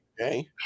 Okay